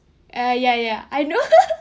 ya ya I know